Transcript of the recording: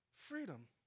Freedom